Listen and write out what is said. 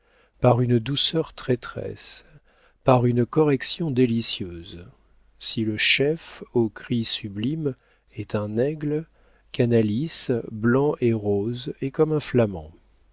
par une douceur traîtresse par une correction délicieuse si le chef aux cris sublimes est un aigle canalis blanc et rose est comme un flamant